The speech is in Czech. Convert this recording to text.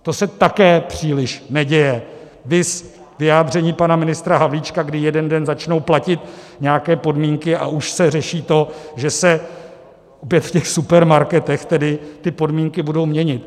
To se také příliš neděje, viz vyjádření pana ministra Havlíčka, kdy jeden den začnou platit nějaké podmínky, a už se řeší to, že se opět v těch supermarketech tedy ty podmínky budou měnit.